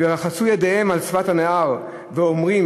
ורחצו ידיהם על שפת הנהר ואמרו: